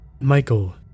Michael